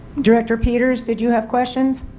director peters did you have questions?